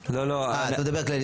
אה, את מדברת כללית.